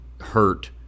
hurt